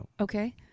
Okay